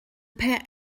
pat